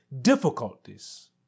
difficulties